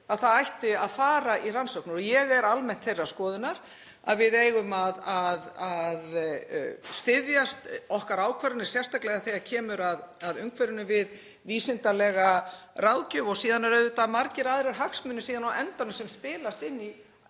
að það ætti að fara í rannsóknir. Ég er almennt þeirrar skoðunar að við eigum að styðja okkar ákvarðanir, sérstaklega þegar kemur að umhverfinu, við vísindalega ráðgjöf. Síðan eru auðvitað margir aðrir hagsmunir á endanum sem spilast inn í